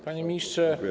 Panie Ministrze!